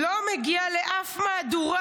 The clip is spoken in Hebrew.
"לא מגיע לאף מהדורה.